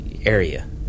area